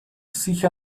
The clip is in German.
sich